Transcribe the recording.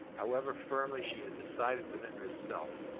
however firmly she had decided within herself,